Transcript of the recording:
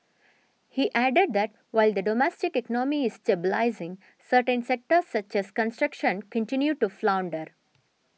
he added that while the domestic economy is stabilising certain sectors such as construction continue to flounder